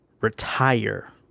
retire